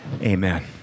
Amen